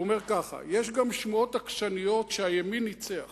יש גם שמועות עקשניות שהימין ניצח,